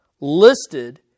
listed